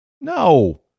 No